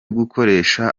gukoresha